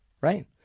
right